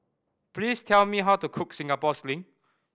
please tell me how to cook Singapore Sling